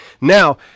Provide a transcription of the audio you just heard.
now